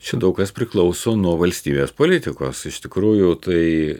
čia daug kas priklauso nuo valstybės politikos iš tikrųjų tai